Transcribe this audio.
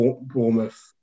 Bournemouth